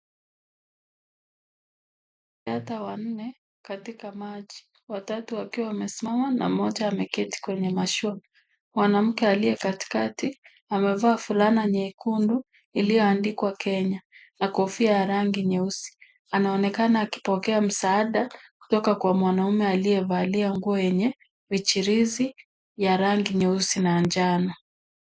Wadada wanne katika maji. Watatu wakiwa wamesimama, na mmoja ameketi kwenye mashua. Mwanamke aliye katikati, amevaa fulana nyekundu iliyoandikwa Kenya, na kofia ya rangi nyeusi. Anaonekana akipokea msaada kutoka kwa mwanaume aliyevalia nguo yenye michirizi ya rangi nyeusi na njano.